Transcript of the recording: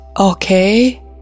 okay